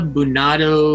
Bunado